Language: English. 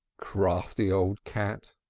crafty old cat!